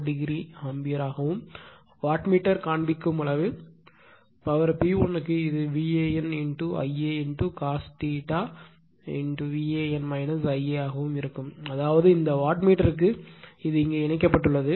4o ஆம்பியராகவும் watt meter காண்பிக்கும் அளவு பவர் P1 க்கு இது VAN Ia cos VAN Ia ஆகவும் இருக்கும் அதாவது இந்த வாட்மீட்டருக்கு இது இங்கே இணைக்கப்பட்டுள்ளது